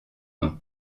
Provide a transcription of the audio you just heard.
nom